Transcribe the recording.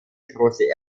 großen